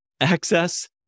access